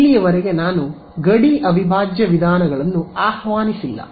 ಇಲ್ಲಿಯವರೆಗೆ ನಾನು ಗಡಿ ಅವಿಭಾಜ್ಯ ವಿಧಾನಗಳನ್ನು ಆಹ್ವಾನಿಸಿಲ್ಲ